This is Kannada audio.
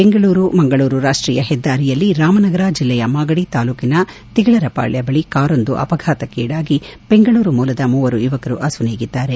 ಬೆಂಗಳೂರು ಮಂಗಳೂರು ರಾಷ್ಷೀಯ ಹೆದ್ದಾರಿಯಲ್ಲಿ ರಾಮನಗರ ಜಿಲ್ಲೆಯ ಮಾಗಡಿ ತಾಲೂಟನ ತಿಗಳರಪಾಳ್ಯ ಬಳಿ ಕಾರೊಂದು ಅಪಘಾತಕ್ಕೀಡಾಗಿ ಬೆಂಗಳೂರು ಮೂಲದ ಮೂವರು ಯುವಕರು ಅಸುನೀಗಿದ್ದಾರೆ